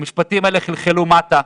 המשפטים האלה חלחלו מטה.